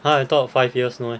ha I thought five years no meh